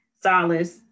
solace